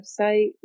website